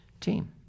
team